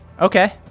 Okay